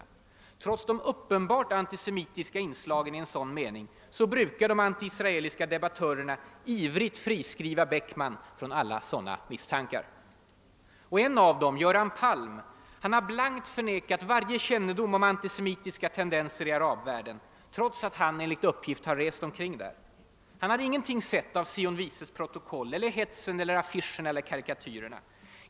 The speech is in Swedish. Trots de uppenbart antisemitiska inslagen i en sådan mening brukar de antiisraeliska debattörerna ivrigt friskriva Beckman från alla sådana misstankar. En av dem, Göran Palm, har blankt förnekat varje kännedom om antisemitiska tendenser i arabvärlden trots att han enligt uppgift rest omkring där. Han har ingenting sett av Sions vises protokoll eller hetsen eller affischerna eller karikatyrerna.